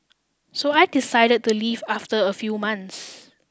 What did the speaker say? so I decided to leave after a few months